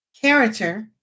character